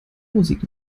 musik